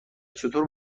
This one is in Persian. چطور